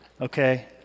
Okay